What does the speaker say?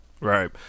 right